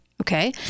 Okay